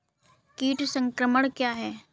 कीट संक्रमण क्या है?